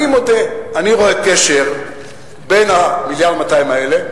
אני מודה, אני רואה קשר בין ה-1.2 מיליארד האלה,